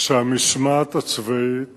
שהמשמעת הצבאית